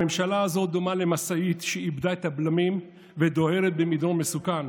הממשלה הזאת דומה למשאית שאיבדה את הבלמים ודוהרת במדרון מסוכן.